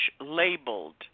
labeled